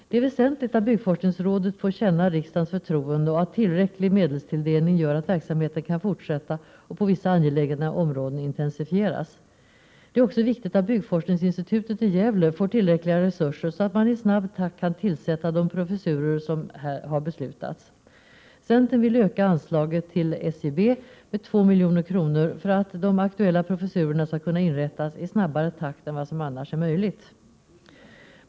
Det är väsentligt att byggforskningsrådet får känna riksdagens förtroende och att tillräcklig medelstilldelning gör att verksamheten kan fortsätta och intensifieras på vissa angelägna områden. Det är också viktigt att byggforskningsinstitutet i Gävle får tillräckliga resurser, så att man i snabb takt kan tillsätta de professurer som har beslutats. Centern vill öka anslaget till SIB med 2 milj.kr. för att de aktuella professurerna skall kunna inrättas i snabbare takt än vad som annars är möjligt.